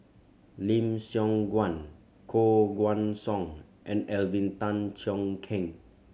Lim Siong Guan Koh Guan Song and Alvin Tan Cheong Kheng